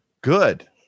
Good